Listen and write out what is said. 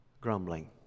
grumbling